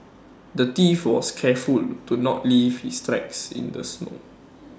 the thief was careful to not leave his tracks in the snow